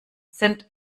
sind